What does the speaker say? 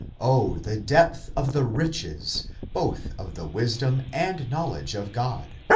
o the depth of the riches both of the wisdom and knowledge of god!